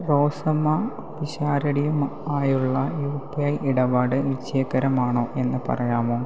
റോസമ്മ പിഷാരടിയും ആയുള്ള U P I ഇടപാട് വിജയകരമാണോ എന്ന് പറയാമോ